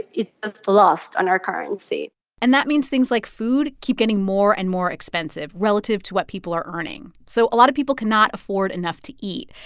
it is lost on our currency and that means things like food keep getting more and more expensive, relative to what people are earning. so a lot of people cannot afford enough to eat,